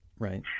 Right